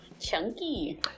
Chunky